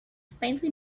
faintly